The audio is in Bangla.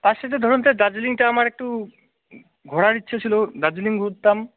তার সাথে ধরুন স্যার দার্জিলিংটা আমার একটু ঘোরার ইচ্ছা ছিল দার্জিলিং ঘুরতাম